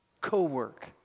Co-work